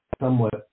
somewhat